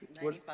95